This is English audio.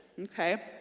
okay